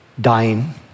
Dying